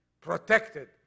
protected